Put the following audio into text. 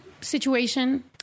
situation